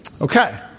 Okay